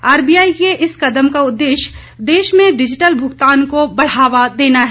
RBI के इस कदम का उद्देश्य देश में डिजिटल भुगतान को बढ़ावा देना है